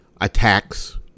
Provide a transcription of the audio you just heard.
attacks